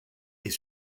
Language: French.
est